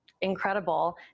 incredible